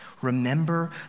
Remember